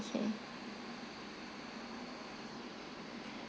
okay